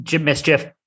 mischief